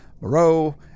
moreau